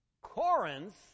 Corinth